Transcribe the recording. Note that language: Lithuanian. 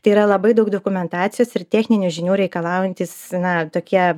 tai yra labai daug dokumentacijos ir techninių žinių reikalaujantys na tokie